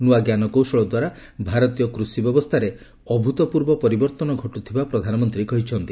ନୂଆ ଜ୍ଞାନକୌଶଳ ଦ୍ୱାରା ଭାରତୀୟ କୃଷି ବ୍ୟବସ୍ଥାରେ ଅଭୁତପୂର୍ବ ପରିବର୍ତ୍ତନ ଘଟୁଥିବା ପ୍ରଧାନମନ୍ତ୍ରୀ କହିଛନ୍ତି